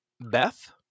Beth